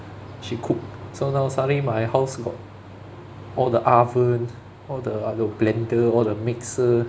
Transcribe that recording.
she cook so now suddenly my house got all the oven all the !aiyo! blender all the mixer